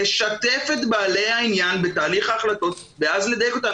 לשתף את בעלי העניין בתהליך ההחלטות ואז לדייק אותן.